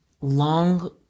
long